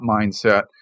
mindset